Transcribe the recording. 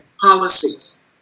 policies